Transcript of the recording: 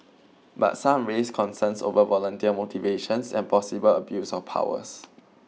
but some raised concerns over volunteer motivations and possible abuse of powers